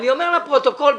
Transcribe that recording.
הייתה ירידה משמעותי.